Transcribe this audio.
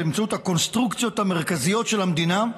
באמצעות הקונסטרוקציות המרכזיות של המדינה,